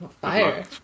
Fire